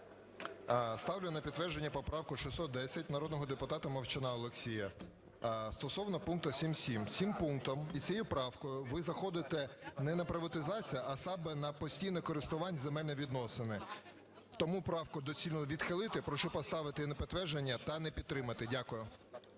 Ставлю на підтвердження поправку 610 народного депутата Мовчана Олексія, стосовно пункту 7.7. Цим пунктом і цією правкою, ви заходите не на приватизацію, а саме на постійне користування і земельні відносини. Тому правку доцільно відхилити, прошу поставити її на підтвердження та не підтримувати. Дякую.